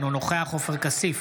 אינו נוכח עופר כסיף,